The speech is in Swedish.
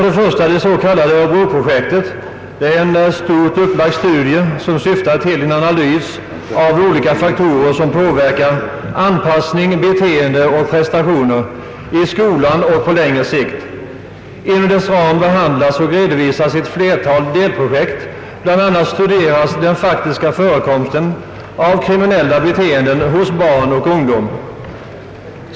Det s.k. örebroprojektet är en stort upplagd studie som syftar till en analys av olika faktorer som inverkar på anpassning, beteende och prestationer i skolan och på längre sikt. Inom dess ram förekommer ett flertal delprojekt. Bland annat studeras den faktiska förekomsten av kriminella beteenden hos barn och ungdom.